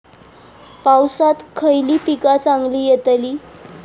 पावसात खयली पीका चांगली येतली?